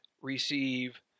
receive